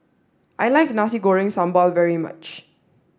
I like Nasi Goreng Sambal very much